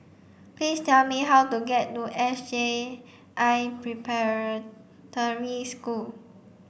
please tell me how to get to S J I Preparatory School